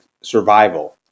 survival